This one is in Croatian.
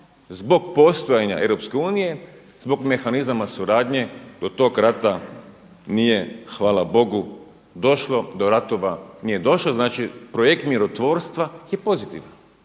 Zbog postojanja EU, zbog mehanizama suradnje do tog rata nije, hvala Bogu došlo, do ratova nije došlo. Znači projekt mirotvorstva je pozitivan